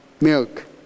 milk